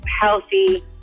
healthy